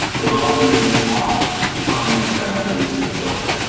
which also makes the lot a permanent accessory to the building.